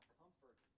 comfort